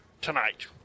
tonight